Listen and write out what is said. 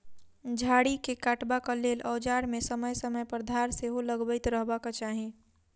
झाड़ी के काटबाक लेल औजार मे समय समय पर धार सेहो लगबैत रहबाक चाही